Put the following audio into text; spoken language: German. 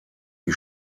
die